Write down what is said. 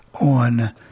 on